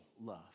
love